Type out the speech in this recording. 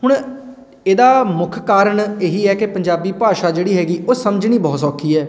ਹੁਣ ਇਹਦਾ ਮੁੱਖ ਕਾਰਨ ਇਹੀ ਹੈ ਕਿ ਪੰਜਾਬੀ ਭਾਸ਼ਾ ਜਿਹੜੀ ਹੈਗੀ ਉਹ ਸਮਝਣੀ ਬਹੁਤ ਸੌਖੀ ਹੈ